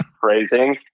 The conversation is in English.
phrasing